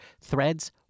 Threads